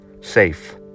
safe